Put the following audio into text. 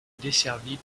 desservie